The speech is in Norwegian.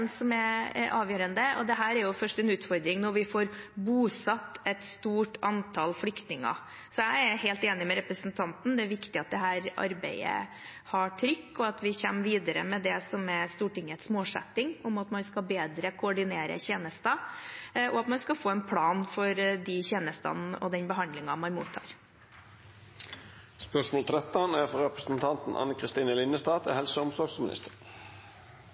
som er avgjørende. Dette er en utfordring først når vi får bosatt et stort antall flyktninger. Så jeg er helt enig med representanten – det er viktig at det er trykk på dette arbeidet, og at vi kommer videre med det som er Stortingets målsetting, at man skal bedre koordinere tjenester, og at man skal få en plan for de tjenestene og den behandlingen man mottar.